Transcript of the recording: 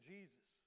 Jesus